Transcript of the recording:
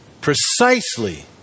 precisely